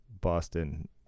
Boston